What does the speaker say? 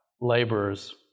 laborers